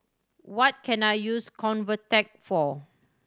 what can I use Convatec for